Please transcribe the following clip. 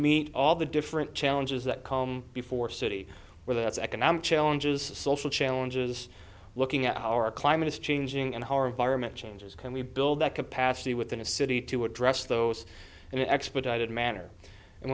meet all the different challenges that come before city that's economic challenges social challenges looking at our climate is changing and how are vironment changes can we build that capacity within a city to address those and expedited manner and